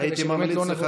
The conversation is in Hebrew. כדי שבאמת לא נבוא עוד פעם.